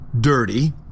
dirty